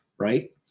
right